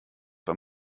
bei